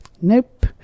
Nope